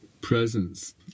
presence